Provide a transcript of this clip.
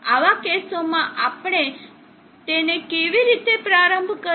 આવા કેસોમાં આપણે તેને કેવી રીતે પ્રારંભ કરીએ